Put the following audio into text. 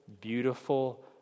beautiful